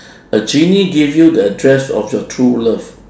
a genie give you the address of your true love